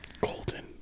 Golden